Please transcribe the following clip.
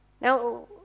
Now